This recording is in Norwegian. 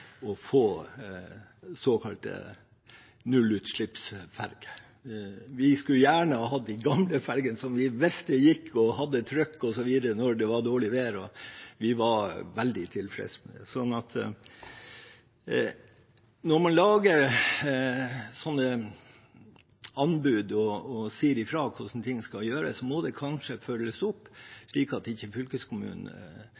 få såkalte nullutslippsferjer. Vi skulle gjerne hatt de gamle ferjene, som vi visste gikk og hadde trøkk osv. når det var dårlig vær, og som vi var veldig tilfreds med. Så når man lager sånne anbud og sier fra om hvordan ting skal gjøres, må det kanskje følges opp,